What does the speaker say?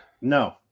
No